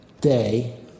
day